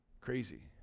Crazy